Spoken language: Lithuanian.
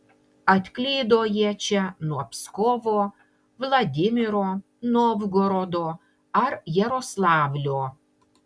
atklydo jie čia nuo pskovo vladimiro novgorodo ar jaroslavlio